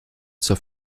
zur